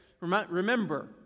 Remember